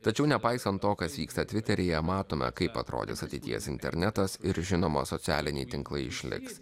tačiau nepaisant to kas vyksta tviteryje matome kaip atrodys ateities internetas ir žinoma socialiniai tinklai išliks